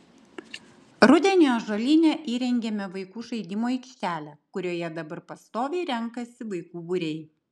rudenį ąžuolyne įrengėme vaikų žaidimų aikštelę kurioje dabar pastoviai renkasi vaikų būriai